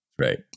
Right